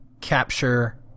capture